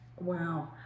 Wow